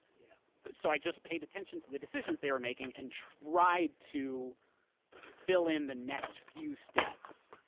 yeah but so i just paid attention to the decisions they were making and tried to fill in the next few steps.